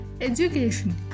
education